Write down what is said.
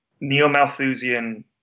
neo-Malthusian